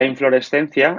inflorescencia